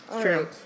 True